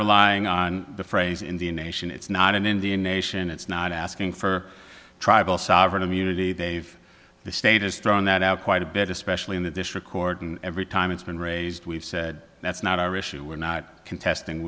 relying on the phrase indian nation it's not an indian nation it's not asking for tribal sovereign immunity they've the state has thrown that out quite a bit especially in the district court and every time it's been raised we've said that's not our issue we're not contesting